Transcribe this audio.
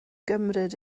gymryd